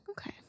okay